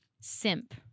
Simp